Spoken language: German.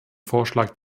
vorschlag